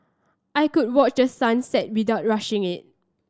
I could watch the sun set without rushing it